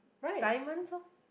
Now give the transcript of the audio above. diamonds orh